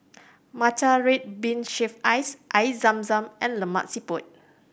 matcha red bean shaved ice Air Zam Zam and Lemak Siput